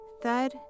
thud